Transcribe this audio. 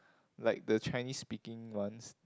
like the Chinese speaking ones